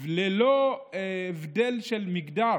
ללא הבדל של מגדר